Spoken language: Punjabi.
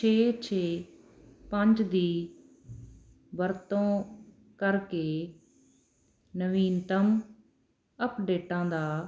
ਛੇ ਛੇ ਪੰਜ ਦੀ ਵਰਤੋਂ ਕਰਕੇ ਨਵੀਨਤਮ ਅਪਡੇਟਾਂ ਦਾ